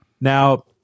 now